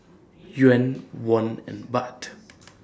Yuan Won and Baht